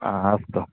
हा अस्तु